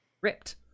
ripped